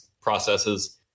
processes